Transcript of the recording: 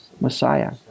Messiah